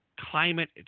climate